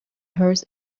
hers